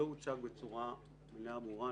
ולא הוצג בצורה מלאה וברורה,